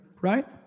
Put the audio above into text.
right